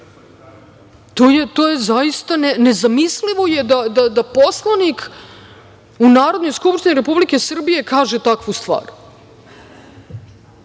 to? To je zaista nezamislivo da poslanik u Narodnoj skupštini Republike Srbije kaže takvu stvar.